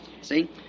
See